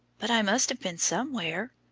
but i must have been somewhere,